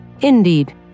Indeed